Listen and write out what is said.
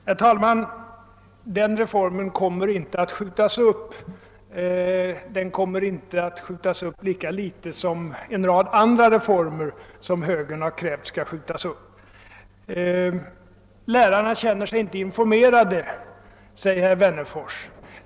Herr talman! Denna reform kommer inte att skjutas upp lika litet som en rad andra reformer som högern har krävt skall skjutas upp. Lärarna känner sig inte informerade, säger herr Wennerfors.